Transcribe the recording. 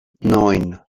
neun